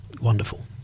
wonderful